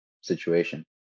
situation